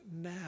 now